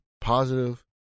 positive